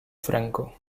franco